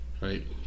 right